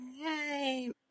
Yay